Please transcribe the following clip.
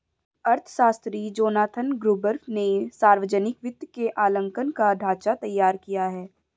अर्थशास्त्री Jonathan Gruber ने सावर्जनिक वित्त के आंकलन का ढाँचा तैयार किया है